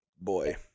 boy